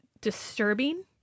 disturbing